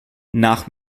nach